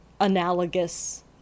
analogous